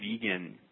vegan